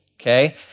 okay